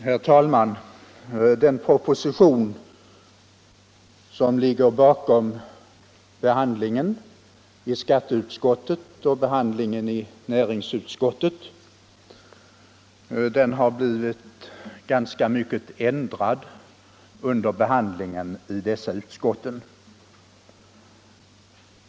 Herr talman! Propositionen om att inrätta ett statens turistråd, som remitterades i vissa delar till näringsutskottet, i andra delar till skatteutskottet, har blivit ganska mycket ändrad under behandlingen i utskotten.